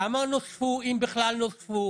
כמה נוספו אם בכלל נוספו?